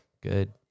good